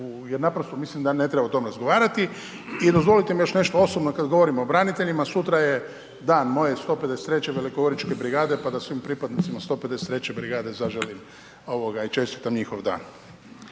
jer naprosto mislim da ne treba o tome razgovarati. I dozvole mi još nešto osobno kad govorimo o braniteljima, sutra je dan moje 153. velikogoričke brigade pa da svim pripadnicima 153. brigade zaželim i čestitam njihov dan.